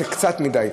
זה קצת מדי.